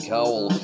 Cowl